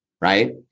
right